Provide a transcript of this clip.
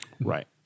right